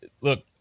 look